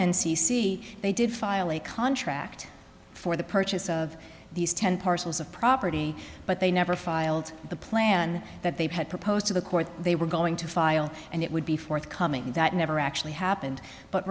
c they did file a contract for the purchase of these ten parcels of property but they never filed the plan that they've had proposed to the court they were going to file and it would be forthcoming that never actually happened but